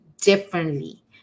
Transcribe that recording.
differently